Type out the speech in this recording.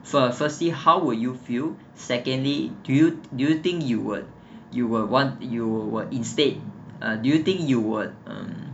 for uh firstly how would you feel secondly do you do you think you were you were want you were instead or do you think you were